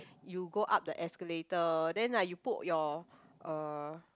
you go up the escalator then like you put your uh